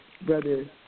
Brother